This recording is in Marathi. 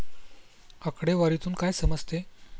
आकडेवारीतून काय समजते?